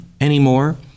anymore